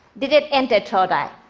did it enter todai?